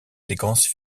séquences